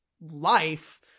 life